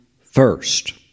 first